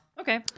Okay